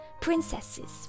princesses